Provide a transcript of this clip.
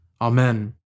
Amen